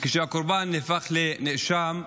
שהקורבן נהפך לנאשם.